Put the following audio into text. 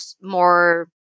more